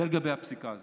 זה לגבי הפסיקה הזאת.